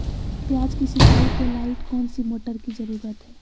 प्याज की सिंचाई के लाइट कौन सी मोटर की जरूरत है?